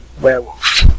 werewolf